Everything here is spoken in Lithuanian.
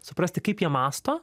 suprasti kaip jie mąsto